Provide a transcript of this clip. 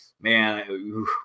man